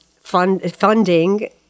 funding